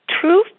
true